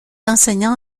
enseignant